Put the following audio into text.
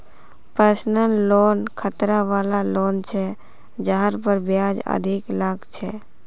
personal loan खतरा वला loan छ जहार पर ब्याज अधिक लग छेक